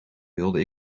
wilde